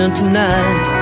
tonight